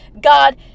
God